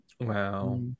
Wow